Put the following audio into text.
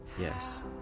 Yes